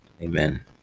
Amen